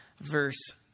verse